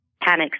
panics